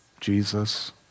Jesus